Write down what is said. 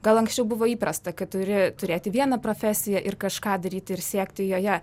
gal anksčiau buvo įprasta kad turi turėti vieną profesiją ir kažką daryti ir siekti joje